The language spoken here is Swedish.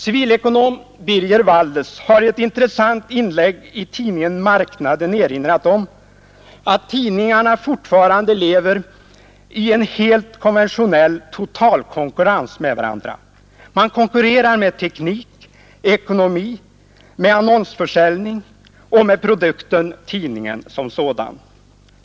Civilekonom Birger Walles har i ett intressant inlägg i tidningen Marknaden erinrat om att tidningarna fortfarande lever i en helt konventionell totalkonkurrens med varandra. Man konkurrerar med teknik, ekonomi, med annonsförsäljning och med produkten tidningen som sådan.